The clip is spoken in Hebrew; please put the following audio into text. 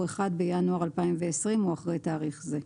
הוא 1 בינואר 2020 או אחרי תאריך זה.